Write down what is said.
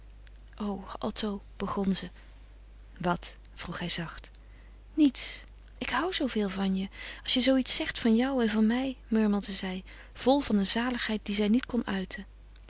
o otto begon ze wat vroeg hij zacht niets ik hou zoo veel van je als je zoo iets zegt van jou en van mij murmelde zij vol van een zaligheid die zij niet kon uiten